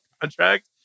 contract